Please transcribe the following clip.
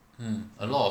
mm